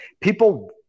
people